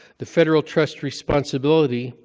the federal trust responsibility,